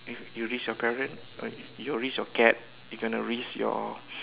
you risk your parent or you risk your cat you going to risk your